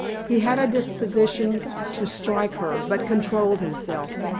he had a disposition to strike her, but controlled himself.